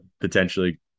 potentially